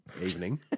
evening